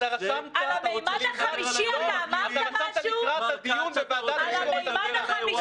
אתה רשמת לקראת הדיון בוועדת ביקורת המדינה.